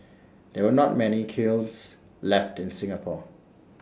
there are not many kilns left in Singapore